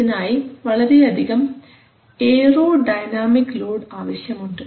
ഇതിനായി വളരെയധികം aerodynamic load ആവശ്യമുണ്ട്